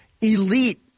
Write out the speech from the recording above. elite